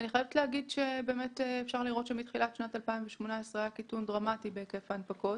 אפשר לראות שמתחילת שנת 2018 היה קיטון דרמטי בהיקף ההנפקות,